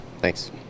Thanks